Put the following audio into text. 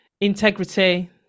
Integrity